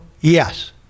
yes